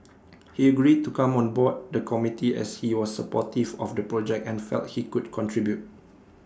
he agreed to come on board the committee as he was supportive of the project and felt he could contribute